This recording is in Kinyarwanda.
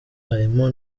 harimo